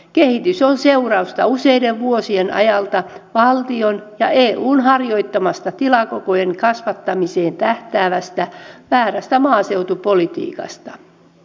kehitys on seurausta useiden vuosien ajalta valtion ja eun harjoittamasta tilakokojen kasvattamiseen tähtäävästä väärästä maaseutupolitiikasta